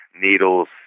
needles